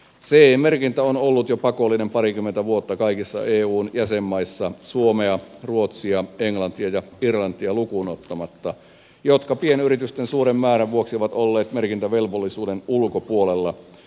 ce merkintä on ollut pakollinen jo parikymmentä vuotta kaikissa eun jäsenmaissa suomea ruotsia englantia ja irlantia lukuun ottamatta jotka pienyritysten suuren määrän vuoksi ovat olleet merkintävelvollisuuden ulkopuolella